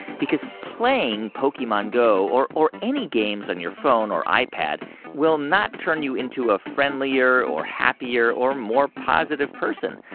because playing pokemon go or or any games on your phone or ipad will not turn you into a friendlier or happier or more positive person.